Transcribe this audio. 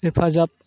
हेफाजाब